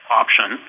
option